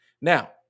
Now